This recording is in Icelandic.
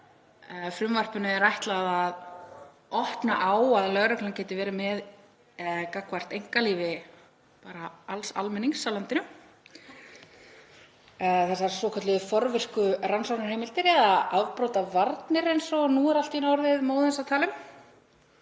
sem því er ætlað að opna á að lögreglan geti verið með gagnvart einkalífi alls almennings í landinu, þessar svokölluðu forvirku rannsóknarheimildir eða afbrotavarnir eins og nú er allt í einu orðið móðins að tala um.